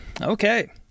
Okay